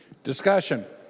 discussion